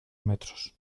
metros